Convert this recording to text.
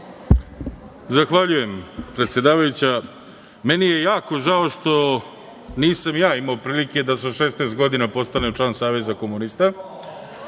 Zahvaljujem. Meni je jako žao što nisam ja imao prilike da sa 16 godina postanem član Saveza komunista